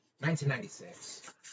1996